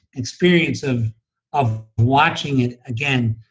experience of of watching it again,